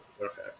Okay